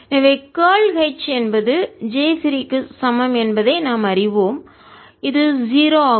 எனவே curl H என்பது J பிரீ க்கு சமம் என்பதை நாம் அறிவோம் இது 0 ஆகும்